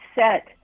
set